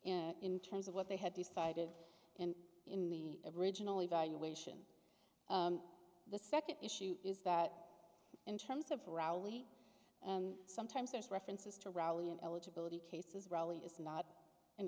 in terms of what they had decided and in the original evaluation the second issue is that in terms of rally and sometimes there's references to rally and eligibility cases rarely is not an